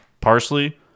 parsley